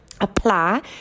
Apply